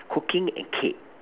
cooking and cake